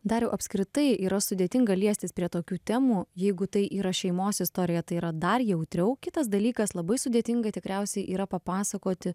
dariau apskritai yra sudėtinga liestis prie tokių temų jeigu tai yra šeimos istorija tai yra dar jautriau kitas dalykas labai sudėtinga tikriausiai yra papasakoti